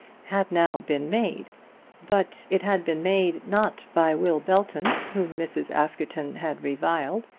had now been made but it had been made, not by will belton, whom mrs. askerton had reviled,